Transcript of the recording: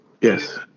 yes